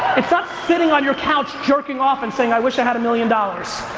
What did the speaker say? it's not sitting on your couch jerking off and saying i wish i had a million dollars.